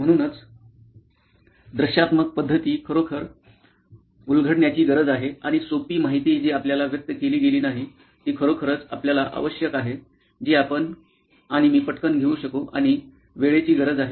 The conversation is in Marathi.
म्हणूनच दृश्यात्मक पद्धती खरोखर उलघडण्याची गरज आहे आणि सोपी माहिती जी आपल्याला व्यक्त केली गेली नाही ती खरोखरच आपल्याला आवश्यक आहे जी आपण आणि मी पटकन घेऊ शकू अशा वेळेची गरज आहे